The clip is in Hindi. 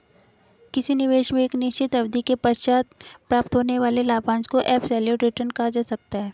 किसी निवेश में एक निश्चित अवधि के पश्चात प्राप्त होने वाले लाभांश को एब्सलूट रिटर्न कहा जा सकता है